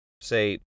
say